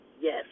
yes